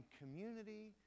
community